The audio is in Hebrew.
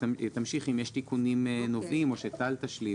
תראי אם יש תיקונים נוספים או שטל תשלים.